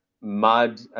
mud